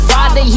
Father